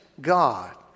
God